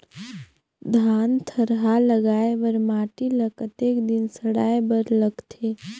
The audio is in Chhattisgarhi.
धान थरहा लगाय बर माटी ल कतेक दिन सड़ाय बर लगथे?